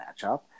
matchup